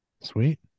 Sweet